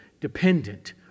dependent